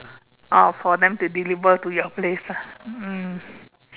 oh for them to deliver to your place lah mm